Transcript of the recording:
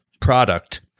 product